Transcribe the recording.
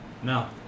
No